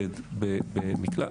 Z במקלט,